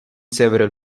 several